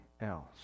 else